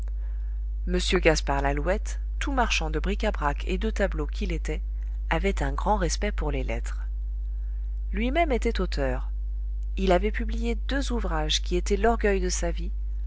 m gaspard lalouette tout marchand de bric-à-brac et de tableaux qu'il était avait un grand respect pour les lettres lui-même était auteur il avait publié deux ouvrages qui étaient l'orgueil de sa vie